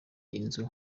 inzu